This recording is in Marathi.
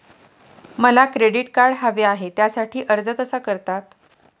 मला क्रेडिट कार्ड हवे आहे त्यासाठी अर्ज कसा करतात?